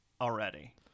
already